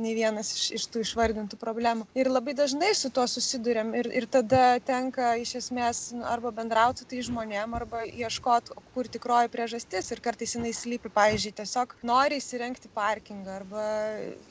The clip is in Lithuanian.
nei vienas iš tų išvardintų problemų ir labai dažnai su tuo susiduriam ir ir tada tenka iš esmės arba bendraut su tais žmonėm arba ieškot kur tikroji priežastis ir kartais jinai slypi pavyzdžiui tiesiog nori įsirengti parkingą arba